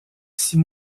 six